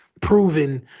proven